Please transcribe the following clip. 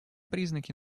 признаки